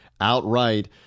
outright